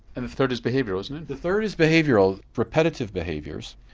and the third is behavioural isn't it? the third is behavioural. repetitive behaviours,